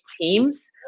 teams